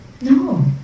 No